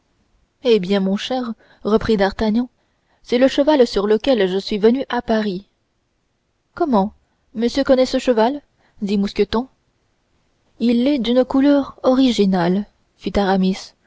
eh bien mon cher reprit d'artagnan c'est le cheval sur lequel je suis venu à paris comment monsieur connaît ce cheval dit mousqueton il est d'une couleur originale